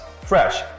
fresh